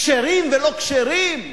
כשרים ולא-כשרים?